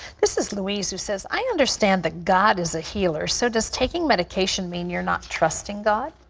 this is louise, who says, i understand that god is a healer, so does taking medication mean you're not trusting god?